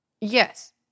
yes